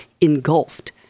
engulfed